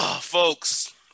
Folks